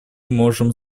можем